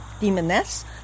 demoness